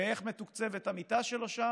ואיך מתוקצבת המיטה שלו שם?